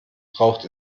braucht